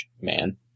man